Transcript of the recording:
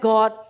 God